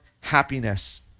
happiness